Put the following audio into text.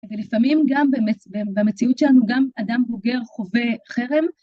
ולפעמים גם במציאות שלנו, גם אדם בוגר חווה חרם.